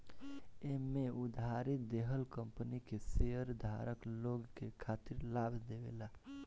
एमे उधारी देहल कंपनी के शेयरधारक लोग के खातिर लाभ देवेला